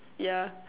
yeah